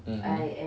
mmhmm